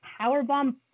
powerbomb